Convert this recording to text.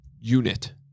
unit